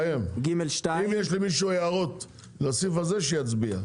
אם יש למישהו הערות לסעיף הזה, שיצביע.